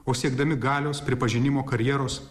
o siekdami galios pripažinimo karjeros